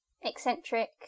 eccentric